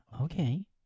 okay